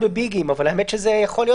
הרי הפיילוט הזה היה יכול להיות